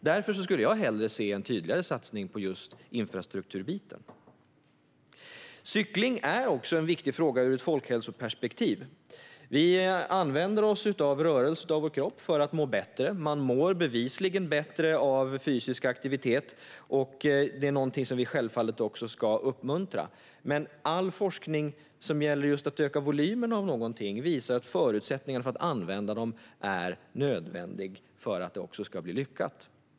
Därför skulle jag hellre se en tydligare satsning på just infrastrukturen. Cykling är också en viktig fråga ur ett folkhälsoperspektiv. Vi rör på vår kropp för att må bättre. Vi mår bevisligen bättre av fysisk aktivitet, och det är självfallet någonting som också ska uppmuntras. Men all forskning som gäller just att öka volymerna av någonting visar att förutsättningarna för att använda dem också är nödvändiga för att det också ska bli lyckat.